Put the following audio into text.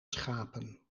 schapen